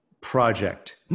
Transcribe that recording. project